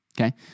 Okay